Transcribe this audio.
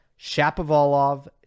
Shapovalov